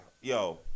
Yo